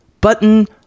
button